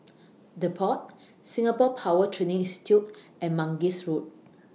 The Pod Singapore Power Training Institute and Mangis Road